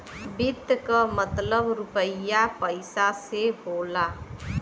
वित्त क मतलब रुपिया पइसा से होला